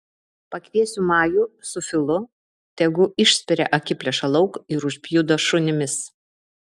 pakviesiu majų su filu tegu išspiria akiplėšą lauk ir užpjudo šunimis